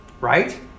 right